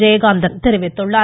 ஜெயகாந்தன் தெரிவித்துள்ளார்